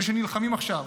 אלה שנלחמים עכשיו,